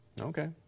Okay